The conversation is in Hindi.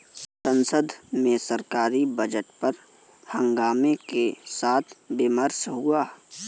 संसद में सरकारी बजट पर हंगामे के साथ विमर्श हुआ